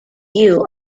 view